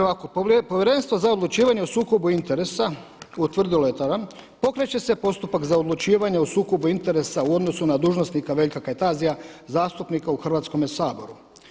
Kaže ovako: „Povjerenstvo za odlučivanje o sukobu interesa utvrdilo je tada pokreće se postupak za odlučivanje o sukobu interesa u odnosu na dužnosnika Veljka Kajtazija, zastupnika u Hrvatskome saboru.